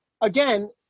again